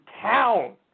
town